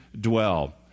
dwell